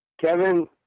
Kevin